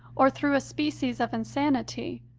or through a species of insanity,